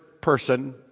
person